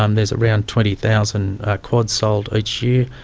um there is around twenty thousand quads sold each year,